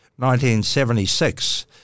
1976